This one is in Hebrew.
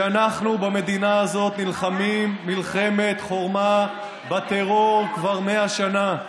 שאנחנו במדינה הזאת נלחמים מלחמת חורמה בטרור כבר 100 שנה,